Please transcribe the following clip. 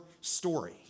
story